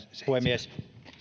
puhemies